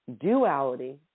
Duality